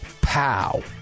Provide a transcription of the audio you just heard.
Pow